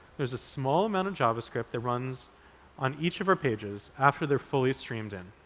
there's a small amount of javascript that runs on each of our pages after they're fully streamed in.